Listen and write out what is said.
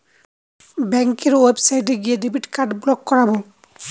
ব্যাঙ্কের ওয়েবসাইটে গিয়ে ডেবিট কার্ড ব্লক করাবো